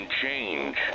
change